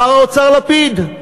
שר האוצר לפיד,